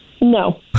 No